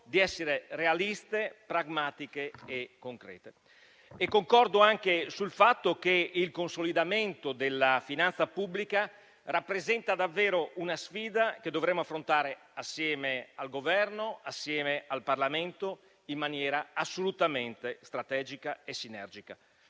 di essere realiste, pragmatiche e concrete. Concordo anche sul fatto che il consolidamento della finanza pubblica rappresenta davvero una sfida, che dovremo affrontare assieme al Governo e al Parlamento in maniera assolutamente strategica e sinergica.